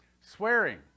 Swearing